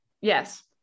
yes